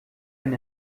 ein